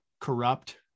corrupt